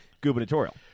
gubernatorial